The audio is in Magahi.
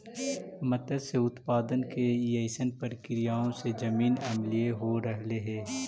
मत्स्य उत्पादन के अइसन प्रक्रियाओं से जमीन अम्लीय हो रहलई हे